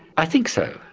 i think so.